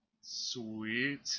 Sweet